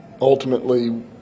ultimately